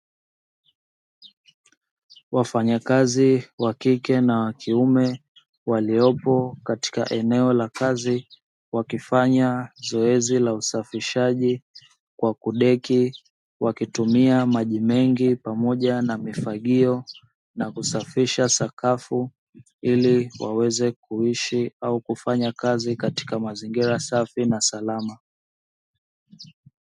Wafanya kazi wa kike na wa kiume waliopo katika eneo la kazi wakifanya zoezi la usafishaji kwa kudeki, wakitumia maji mengi pamoja na ufagio na kusafisha sakafu ili waweze kuishi au kufanya kazi katika mazingira safi na salama.